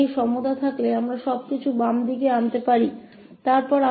तो इस समानता के साथ हम सब कुछ बाईं ओर ला सकते हैं